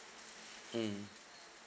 mm